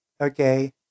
okay